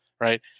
Right